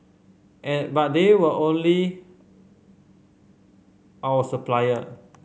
at but they were only our supplier